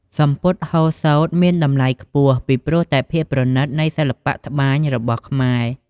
សំពត់ហូលសូត្រមានតម្លៃខ្ពស់ ពីព្រោះតែភាពប្រណិតនៃសិល្បៈត្បាញរបស់ខ្មែរ។